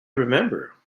remember